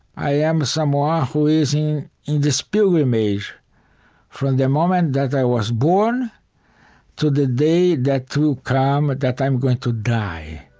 i am someone who is in in this pilgrimage from the moment that i was born to the day that will come ah that i'm going to die.